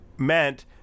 meant